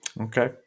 okay